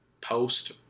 post